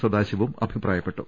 സദാശിവം അഭിപ്രായപ്പെട്ടു